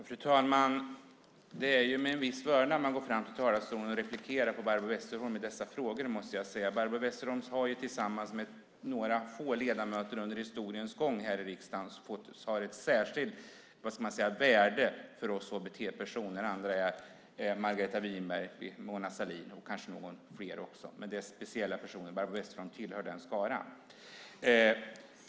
Fru talman! Det är med en viss vördnad som man går fram till talarstolen och replikerar på Barbro Westerholms anförande i dessa frågor, måste jag säga. Barbro Westerholm har, tillsammans med några få ledamöter här i riksdagen under historiens gång, ett särskilt värde för oss HBT-personer. Andra är Margareta Winberg och Mona Sahlin - det finns kanske någon mer. Men det är speciella personer. Barbro Westerholm tillhör den skaran.